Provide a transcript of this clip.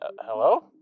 hello